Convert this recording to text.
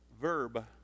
verb